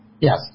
Yes